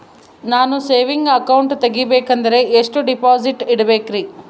ನಾನು saving account ತೆಗಿಬೇಕಂದರ ಎಷ್ಟು ಡಿಪಾಸಿಟ್ ಇಡಬೇಕ್ರಿ?